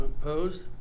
opposed